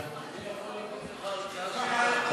אני יכול לתת לך הרצאה שלמה.